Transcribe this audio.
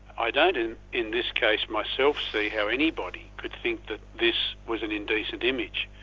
i don't in in this case myself see how anybody could think that this was an indecent image.